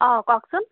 অ কওকচোন